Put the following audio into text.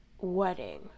wedding